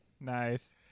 Nice